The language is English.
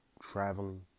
traveling